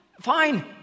fine